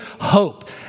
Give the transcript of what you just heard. hope